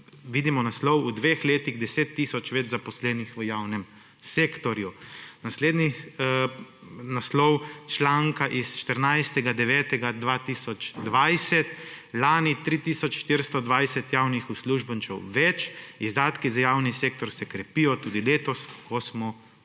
vidimo naslov – V dveh letih 10 tisoč več zaposlenih v javnem sektorju. Naslednji naslov članka s 14. 9. 2020 – Lani 3 tisoč 420 javnih uslužbencev več, izdatki za javni sektor se krepijo tudi letos, ko smo v krizi.